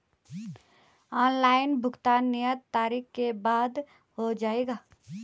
Online भुगतान नियत तारीख के बाद हो जाएगा?